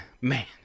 man